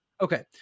Okay